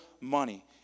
money